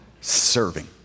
serving